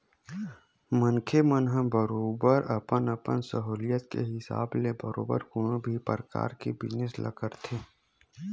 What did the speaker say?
मनखे मन ह बरोबर अपन अपन सहूलियत के हिसाब ले बरोबर कोनो भी परकार के बिजनेस ल करथे